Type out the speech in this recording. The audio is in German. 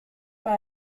war